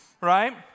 right